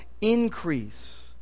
increase